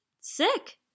sick